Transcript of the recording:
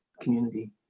community